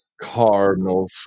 Cardinal